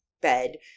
bed